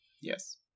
Yes